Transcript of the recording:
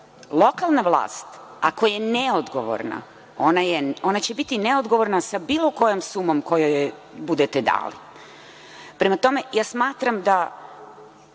Lokalna vlast, ako je neodgovorna, ona će biti neodgovorna sa bilo kojom sumom koju joj budete dali. Prema tome, ja smatram ako